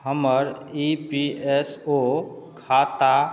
हमर E P S O खाता